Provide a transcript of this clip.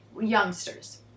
youngsters